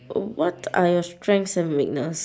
what are your strengths and weakness